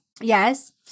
Yes